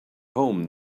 home